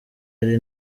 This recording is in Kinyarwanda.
ari